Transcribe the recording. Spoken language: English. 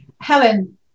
Helen